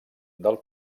del